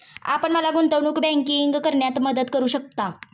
आपण मला गुंतवणूक बँकिंग करण्यात मदत करू शकता?